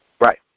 Right